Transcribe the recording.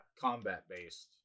Combat-based